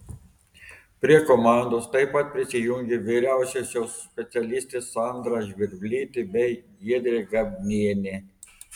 prie komandos taip pat prisijungė vyriausiosios specialistės sandra žvirblytė bei giedrė gabnienė